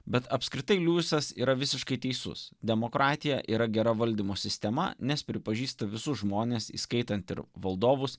bet apskritai liuisas yra visiškai teisus demokratija yra gera valdymo sistema nes pripažįstu visus žmones įskaitant ir valdovus